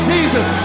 Jesus